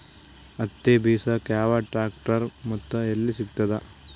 ಹತ್ತಿ ಬಿಡಸಕ್ ಯಾವ ಟ್ರ್ಯಾಕ್ಟರ್ ಮತ್ತು ಎಲ್ಲಿ ಸಿಗತದ?